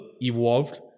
evolved